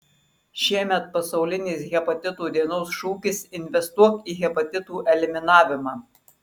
šiemet pasaulinės hepatito dienos šūkis investuok į hepatitų eliminavimą